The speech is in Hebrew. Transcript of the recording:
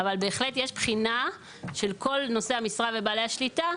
אבל בהחלט יש בחינה של כל נושאי המשרה ובעלי השליטה,